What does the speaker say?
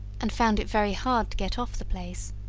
and found it very hard to get off the place,